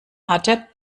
hatte